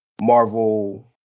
Marvel